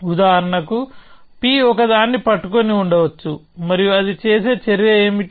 ఉదాహరణకు P ఒక దాన్ని పట్టుకుని ఉండవచ్చు మరియు అది చేసే చర్య ఏమిటి